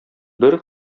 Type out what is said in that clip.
бер